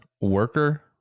worker